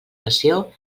nació